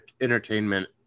entertainment